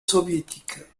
soviétique